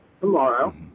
Tomorrow